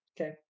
Okay